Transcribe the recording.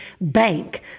bank